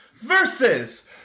versus